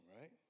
right